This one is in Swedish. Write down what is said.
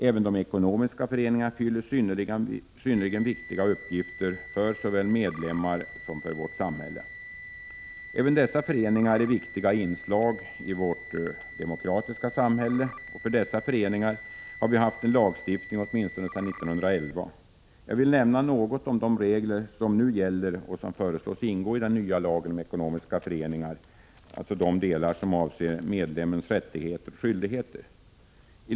Även de ekonomiska föreningarna har synnerligen viktiga uppgifter såväl för medlemmarna som för vårt samhälle. Även dessa föreningar är viktiga inslag i vårt demokratiska samhälle. För dessa föreningar har vi haft en lagstiftning åtminstone sedan 1911. Jag vill nämna något om de regler som nu gäller och som föreslås ingå i den nya lagen om ekonomiska föreningar, dvs. delar som avser medlemmarnas rättigheter och skyldigheter.